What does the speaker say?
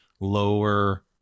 Lower